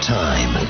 time